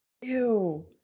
Ew